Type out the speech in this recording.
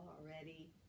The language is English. already